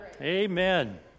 Amen